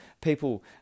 people